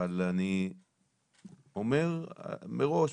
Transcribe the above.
אני אומר מראש,